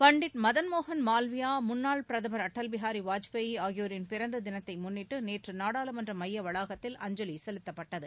பண்டிட் மதன்மோகன் மால்வியா முன்னாள் பிரதமர் அட்டல் பிகாரி வாஜ்பாயி ஆகியோரின் பிறந்த தினத்தை முன்னிட்டு நேற்று நாடாளுமன்ற மைய வளாகத்தில் அஞ்சலி செலுத்தப்பட்டது